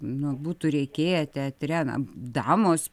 nu būtų reikėję teatre na damos